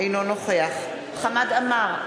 אינו נוכח חמד עמאר,